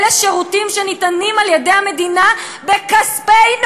אלה שירותים שניתנים על-ידי המדינה בכספנו.